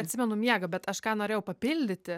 atsimenu miega bet aš ką norėjau papildyti